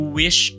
wish